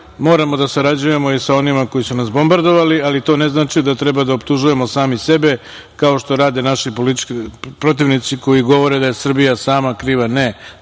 moramo da sarađujemo i sa onima koji su nas bombardovali, ali to ne znači da treba da optužujemo sami sebe, kao što rade naši politički protivnici koji govore da je Srbija sama kriva.